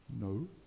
no